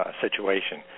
situation